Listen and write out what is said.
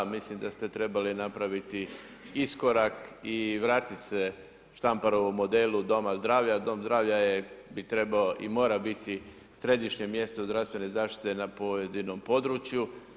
Mislim da ste trebali napraviti iskorak i vratiti se štamparovom modelu domu zdravlja, dom zdravlja bi trebao i mora biti središnje mjesto zdravstvene zaštite na pojedinom području.